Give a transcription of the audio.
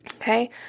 Okay